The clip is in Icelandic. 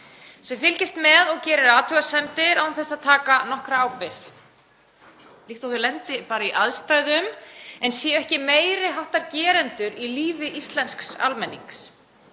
sem fylgist með og gerir athugasemdir án þess að taka nokkra ábyrgð, líkt og þau lendi bara í aðstæðum en séu ekki meiri háttar gerendur í lífi íslensks almennings.